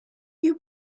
you